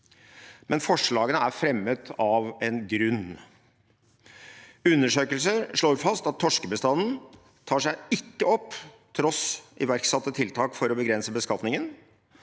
alt. Forslagene er fremmet av en grunn. Undersøkelser slår fast at torskebestanden ikke tar seg opp til tross for iverksatte tiltak for å begrense beskatningen.